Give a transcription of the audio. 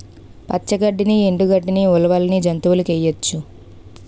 పచ్చ గడ్డిని ఎండు గడ్డని ఉలవల్ని జంతువులకేయొచ్చు